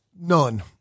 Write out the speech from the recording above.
None